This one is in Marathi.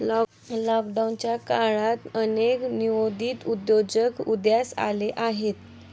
लॉकडाऊनच्या काळात अनेक नवोदित उद्योजक उदयास आले आहेत